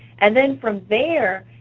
and then from there,